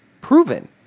proven